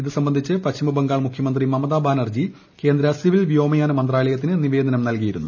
ഇത് സംബന്ധിച്ച് പശ്ചിമ ബംഗാൾ മുഖ്യമന്ത്രി മമതാ ബാനർജി കേന്ദ്ര സിവിൽ വ്യോമയാന മന്ത്രാലയത്തിന് നിവേദനം നൽകിയിരുന്നു